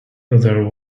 there